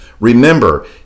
Remember